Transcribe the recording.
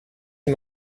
you